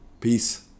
Peace